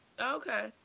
Okay